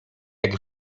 jak